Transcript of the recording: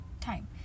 time